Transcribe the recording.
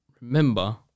remember